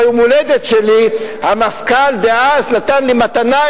ביום ההולדת שלי המפכ"ל דאז נתן לי מתנה,